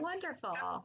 Wonderful